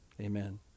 Amen